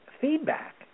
feedback